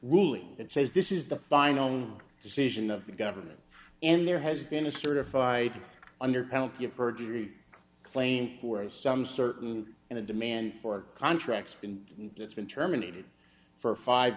ruling that says this is the final decision of the government and there has been a certified under penalty of perjury claim for some certain and a demand for contracts and it's been terminated for five